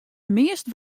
meast